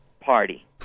Party